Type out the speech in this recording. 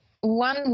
one